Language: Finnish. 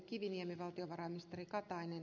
toisin kuin ed